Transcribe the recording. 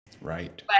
Right